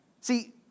See